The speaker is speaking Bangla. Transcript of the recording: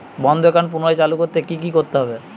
বন্ধ একাউন্ট পুনরায় চালু করতে কি করতে হবে?